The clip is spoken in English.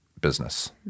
business